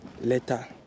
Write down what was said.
later